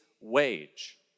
wage